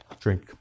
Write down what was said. drink